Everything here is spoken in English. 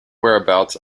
whereabouts